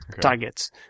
targets